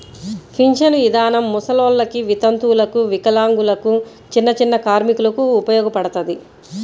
పింఛను ఇదానం ముసలోల్లకి, వితంతువులకు, వికలాంగులకు, చిన్నచిన్న కార్మికులకు ఉపయోగపడతది